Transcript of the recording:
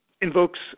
invokes